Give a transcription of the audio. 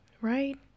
Right